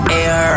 air